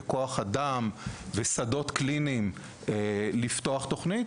את כוח האדם ואת השדות הקליניים לפתוח תכנית,